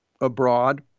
abroad